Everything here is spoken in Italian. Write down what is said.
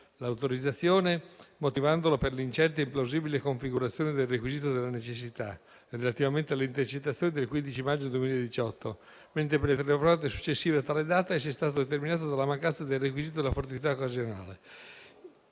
l'autorizzazione, motivandola «per la incerta ed implausibile configurazione del requisito della necessità» relativamente alle intercettazioni del 15 maggio 2018, mentre per le telefonate successive a tale data esso è stato determinato dalla mancanza del «requisito della fortuità e occasionalità».